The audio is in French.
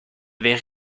avaient